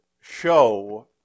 show